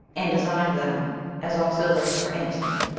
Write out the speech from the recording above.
and designed them as auxiliaries for antony.